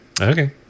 Okay